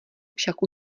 však